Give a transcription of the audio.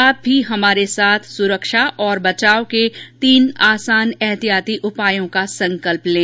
आप भी हमारे साथ सुरक्षा और बचाव के तीन आसान एहतियाती उपायों का संकल्प लें